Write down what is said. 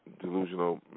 delusional